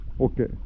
Okay